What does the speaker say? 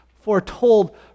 foretold